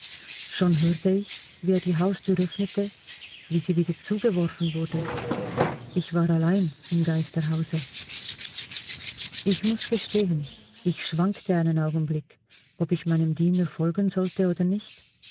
schon hörte ich wie er die haustür öffnete wie sie wieder zugeworfen wurde ich war allein im geisterhause ich muß gestehen ich schwankte einen augenblick ob ich meinem diener folgen sollte oder nicht